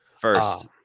First